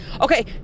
okay